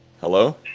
Hello